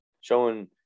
showing